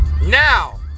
now